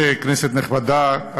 כנסת נכבדה,